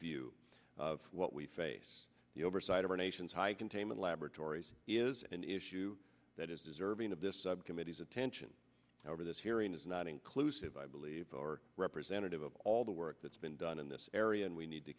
view of what we face the oversight of our nation's high containment laboratories is an issue that is deserving of this subcommittees attention over this hearing is not inclusive i believe or representative of all the work that's been done in this area and we need to